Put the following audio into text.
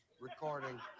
recording